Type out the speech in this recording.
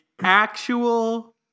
actual